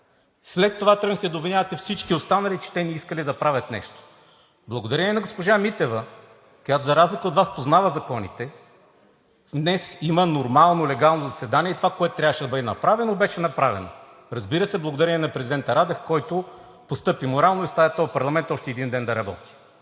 След това тръгнахте да обвинявате всички останали, че те не искали да правят нещо. Благодарение на госпожа Митева, която, за разлика от Вас, познава законите, днес има нормално, легално заседание и това, което трябваше да бъде направено, беше направено. Разбира се, благодарение на президента Радев, който постъпи морално и остави този парламент да работи